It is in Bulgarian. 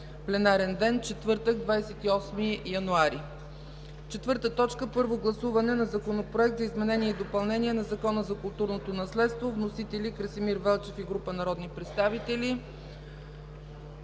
за утре, четвъртък, 28 януари 2016 г. 4. Първо гласуване на Законопроект за изменение и допълнение на Закона за културното наследство. Вносители: Красимир Велчев и група народни представители.